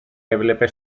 έβλεπε